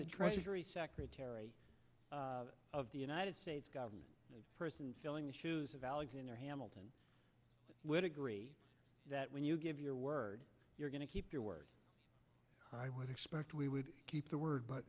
a treasury secretary of the united states government person filling the shoes of alexander hamilton would agree that when you give your word you're going to keep your word i would expect we would keep the word but